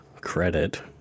credit